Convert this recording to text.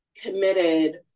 committed